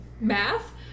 Math